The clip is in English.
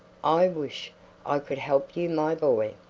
i wish i could help you, my boy.